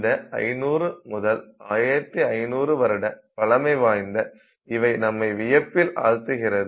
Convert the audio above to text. இந்த 500 முதல் 1500 வருட பழமை வாய்ந்த இவை நம்மை வியப்பில் ஆழ்த்துகிறது